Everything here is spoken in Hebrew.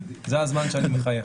זה הזמן שאני מחייך.